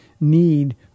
need